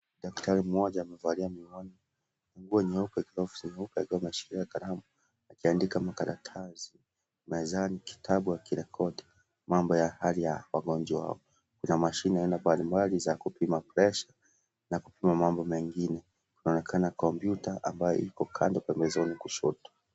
Daktari mmoja amevalia miwani, nguo nyeupe, glovsi nyeupe akiwa ameshikilia kalamu akiandika makaratasi, mezani kitabu akirekodi mambo ya hali ya wagonjwa wao. Kuna mashine aina mbalimbali za kupima pressure na kupima mambo mengine, kunaonekana kompyuta ambayo iko kando pembezoni kushoto.